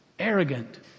arrogant